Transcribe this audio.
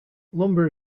lumber